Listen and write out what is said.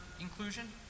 inclusion